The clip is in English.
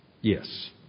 Yes